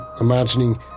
imagining